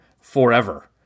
forever